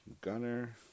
Gunner